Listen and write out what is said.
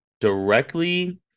directly